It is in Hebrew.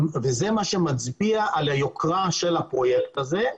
וזה מה שמצביע על היוקרה של הפרויקט הזה.